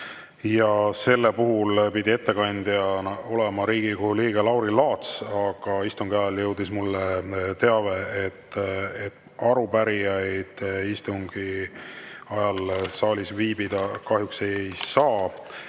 Selle puhul pidi ettekandja olema Riigikogu liige Lauri Laats, aga istungi ajal jõudis mulle teave, et arupärijad istungi ajal saalis viibida kahjuks ei saa.